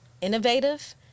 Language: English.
innovative